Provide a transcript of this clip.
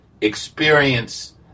experience